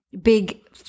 Big